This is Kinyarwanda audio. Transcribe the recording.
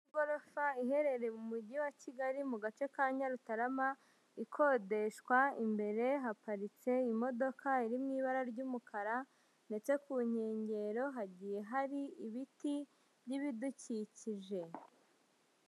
Igorofa iherereye mu mujyi wa Kigali mu gace ka Nyarutarama ikodeshwa, imbere haparitse imodoka iri mu ibara ry'umukara ndetse ku nkengero hagiye hari ibiti by'ibidukikije.